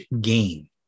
gain